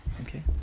Okay